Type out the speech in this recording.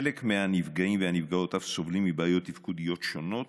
חלק מהנפגעים והנפגעות אף סובלים מבעיות תפקודיות שונות,